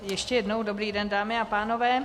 Ještě jednou dobrý den, dámy a pánové.